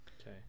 Okay